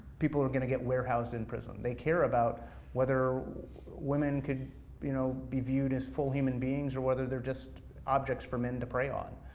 people are going to get warehoused in prison. they care about whether women can you know be viewed as full human beings, or whether they're just objects for men to prey on.